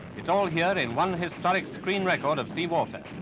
it's all here in one historic screen record of sea water.